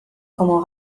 como